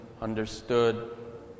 understood